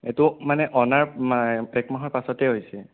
এইটো মানে অনাৰ একমাহৰ পাছতে হৈছে